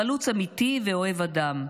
חלוץ אמיתי ואוהב אדם.